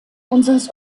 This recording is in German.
unseres